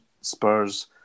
Spurs